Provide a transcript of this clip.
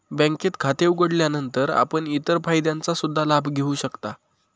बँकेत खाते उघडल्यानंतर आपण इतर फायद्यांचा सुद्धा लाभ घेऊ शकता